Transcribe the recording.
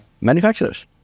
Manufacturers